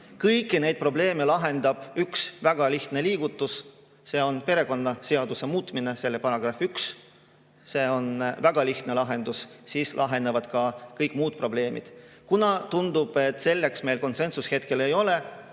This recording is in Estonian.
Kõik need probleemid lahendab üks väga lihtne liigutus, see on perekonnaseaduse § 1 muutmine. See on väga lihtne lahendus, siis lahenevad ka kõik muud probleemid. Tundub, et selleks meil konsensust hetkel ei ole,